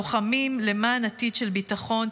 לוחמים למען עתיד של ביטחון,